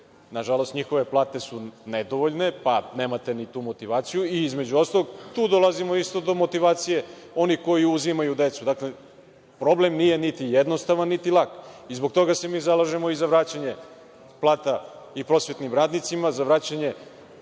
nažalost njihove plate su nedovoljne, pa nemate ni tu motivaciju, i između ostalog, tu dolazimo isto do motivacije oni koji uzimaju decu, problem nije niti jednostavan, niti lak. Zbog toga se mi zalažemo i za vraćanje plata i prosvetnim radnicima, za vraćanje